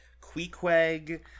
Queequeg